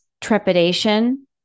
trepidation